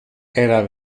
era